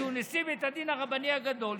שהוא נשיא בית הדין הרבני הגדול,